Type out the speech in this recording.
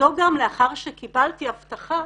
וזו גם לאחר שקיבלתי הבטחה